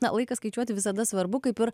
na laiką skaičiuoti visada svarbu kaip ir